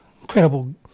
incredible